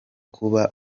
kuba